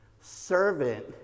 servant